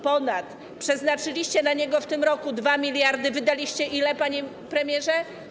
Przeznaczyliście na niego w tym roku 2 mld, a wydaliście ile, panie premierze?